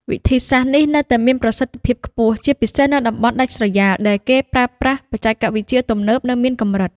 វិធីសាស្រ្តនេះនៅតែមានប្រសិទ្ធភាពខ្ពស់ ជាពិសេសនៅតំបន់ដាច់ស្រយាលដែលការប្រើប្រាស់បច្ចេកវិទ្យាទំនើបនៅមានកម្រិត។